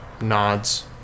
nods